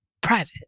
Private